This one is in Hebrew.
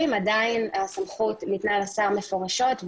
עדיין הסמכות ניתנה לשר מפורשות.